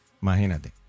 Imagínate